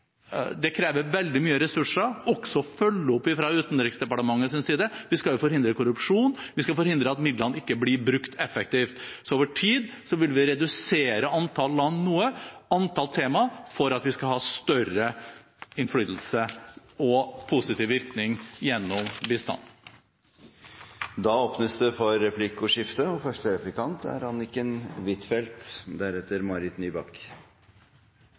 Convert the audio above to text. følge opp fra Utenriksdepartementets side – vi skal jo forhindre korrupsjon, vi skal forhindre at midlene ikke blir brukt effektivt. Så over tid vil vi redusere antall land noe, og antall tema, for at vi skal ha større innflytelse og positiv virkning gjennom bistand. Det åpnes for replikkordskifte.